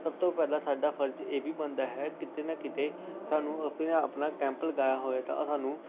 ਸਭ ਤੋਂ ਪਹਿਲਾਂ ਸਾਡਾ ਫਰਜ ਇਹ ਵੀ ਬਣਦਾ ਹੈ ਕਿਤੇ ਨਾ ਕਿਤੇ ਸਾਨੂੰ ਆਪਣਾ ਆਪਣਾ ਕੈਂਪ ਲਗਾਇਆ ਹੋਇਆ ਤਾਂ ਸਾਨੂੰ